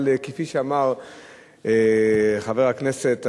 אבל כפי שאמר חבר הכנסת,